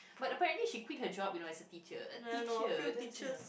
but apparently she quit her job you know as a teacher a teacher that's you know